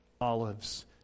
olives